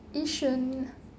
Yishun